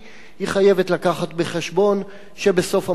היא חייבת להביא בחשבון שבסוף המסלול